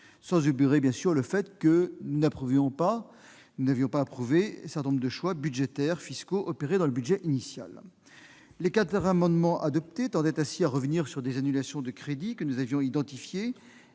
sans obérer le fait que nous n'approuvions pas certains choix, budgétaires et fiscaux, opérés dans le budget initial. Les quatre amendements adoptés tendaient à revenir sur des annulations de crédits que nous avions identifiées